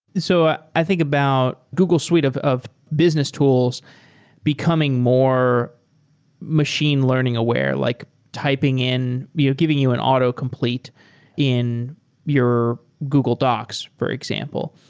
so i think about google suite of of business tools becoming more machine learning aware, like typing in, giving you an auto complete in your google docs, for example.